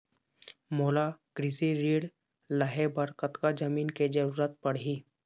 मोला कृषि ऋण लहे बर कतका जमीन के जरूरत पड़ही?